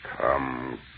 come